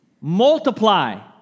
Multiply